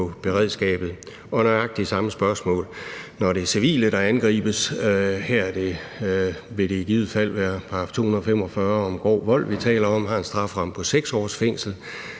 beredskabet? Og det er nøjagtig det samme spørgsmål, når det er civile, der angribes. Her vil det i givet fald være § 245 om grov vold, vi taler om. Der er en strafferamme på 6 års fængsel.